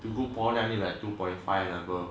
to go poly I need like two point five and above